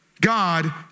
God